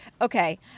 Okay